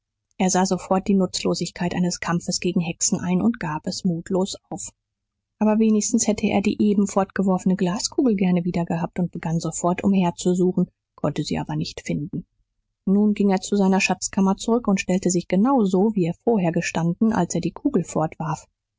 er sah sofort die nutzlosigkeit eines kampfes gegen hexen ein und gab es mutlos auf aber wenigstens hätte er die eben fortgeworfene glaskugel gern wieder gehabt und begann sofort umherzusuchen konnte sie aber nicht finden nun ging er zu seiner schatzkammer zurück und stellte sich genau so wie er vorher gestanden als er die kugel fortwarf